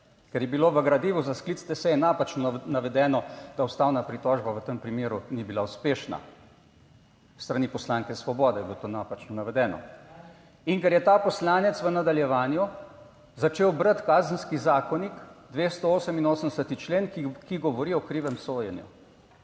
ker je bilo v gradivu za sklic te seje napačno navedeno, da ustavna pritožba v tem primeru ni bila uspešna. S strani poslanke Svobode je bilo to napačno navedeno. In ker je ta poslanec v nadaljevanju začel brati Kazenski zakonik, 288. člen, ki govori o krivem sojenju.